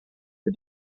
the